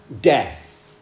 death